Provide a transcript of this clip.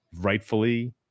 rightfully